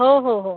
हो हो हो